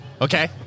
okay